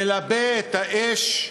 מלבה את האש,